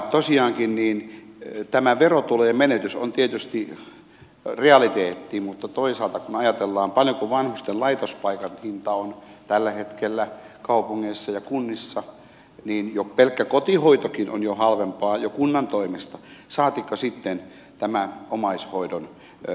tosiaankin tämä verotulojen menetys on tietysti realiteetti mutta toisaalta kun ajatellaan paljonko vanhusten laitospaikan hinta on tällä hetkellä kaupungeissa ja kunnissa niin jo pelkkä kotihoitokin on jo halvempaa kunnan toimesta saatikka sitten tämä omaishoidon osuus